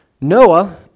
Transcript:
Noah